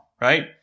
right